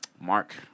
Mark